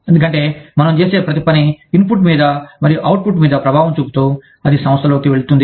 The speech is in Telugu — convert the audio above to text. ఎందుకంటే మనం చేసే ప్రతి పని ఇన్పుట్ మీద మరియు ఔట్పుట్ మీద ప్రభావం చూపుతూఅది సంస్థలోకి వెళుతుంది